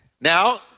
Now